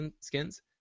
skins